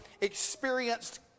experienced